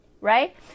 right